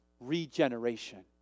regeneration